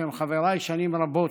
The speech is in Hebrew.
שהם חבריי שנים רבות,